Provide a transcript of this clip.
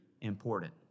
important